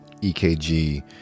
ekg